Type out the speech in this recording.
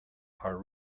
are